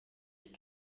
ich